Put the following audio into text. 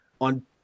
on